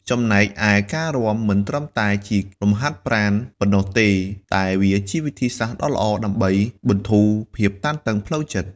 ចំណែកឯ ការរាំមិនត្រឹមតែជាលំហាត់ប្រាណប៉ុណ្ណោះទេ តែវាជាវិធីដ៏ល្អដើម្បី បន្ធូរភាពតានតឹងផ្លូវចិត្ត។